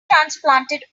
transplanted